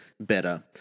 Better